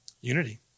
Unity